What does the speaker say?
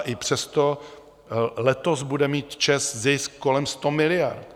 I přesto letos bude mít ČEZ zisk kolem 100 miliard.